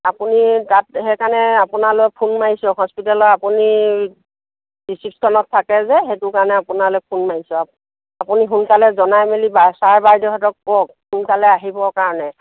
আপুনি তাত সেইকাৰণে আপোনালৈ ফোন মাৰিছোঁ হস্পিটেলৰ আপুনি ৰিচিপশ্যনত থাকে যে সেইটো কাৰণে আপোনালৈ ফোন মাৰিছোঁ আপুনি সোনকালে জনাই মেলি ছাৰ বাইদেউহঁতক কওক সোনকালে আহিবৰ কাৰণে